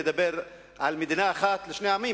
לדבר על מדינה אחת לשני עמים,